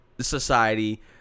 society